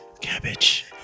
Cabbage